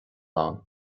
ann